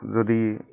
যদি